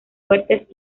fuertes